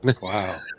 Wow